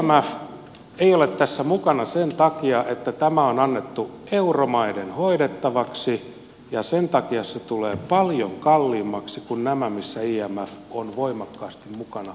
imf ei ole tässä mukana sen takia että tämä on annettu euromaiden hoidettavaksi ja sen takia se tulee paljon kalliimmaksi kuin nämä missä imf on voimakkaasti mukana